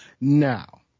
Now